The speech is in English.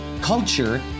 culture